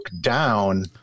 down